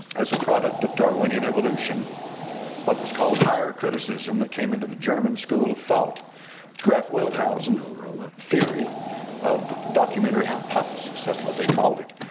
as a product of darwinian evolution what was called higher criticism that came into the german school of felt graph wellhausen theory of documentary hypothesis, that's what they called it.